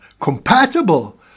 compatible